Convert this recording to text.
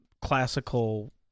classical